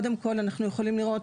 אנחנו יכולים לראות